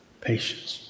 Patience